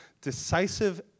decisive